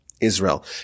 Israel